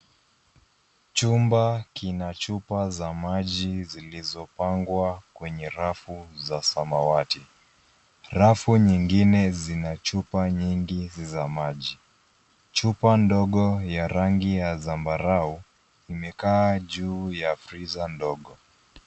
Chumba kina chupa za maji zilizopangwa kwenye rafu za samawati. Rafu nyingine zina chupa nyingi za maji. Chupa ndogo ya rangi ya zambarau, imekaa juu ya friza ndogo.